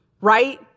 right